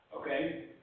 okay